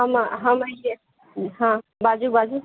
हम हँ बाजु बाजु